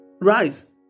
rise